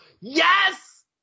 Yes